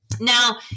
Now